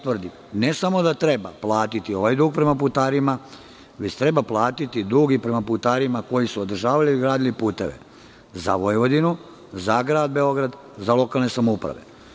Tvrdim da ne samo da treba platiti ovaj dug prema putarima, već treba platiti dug i prema putarima koji su održavali i gradili puteve za Vojvodinu, za grad Beograd, za lokalne samouprave.